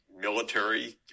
military